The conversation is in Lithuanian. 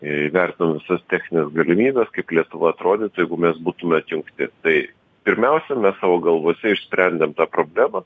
įvertinom visas technines galimybes kaip lietuva atrodytų jeigu mes būtume atjungti tai pirmiausia mes savo galvose išsprendėm tą problemą